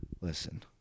Listen